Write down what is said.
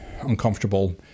Uncomfortable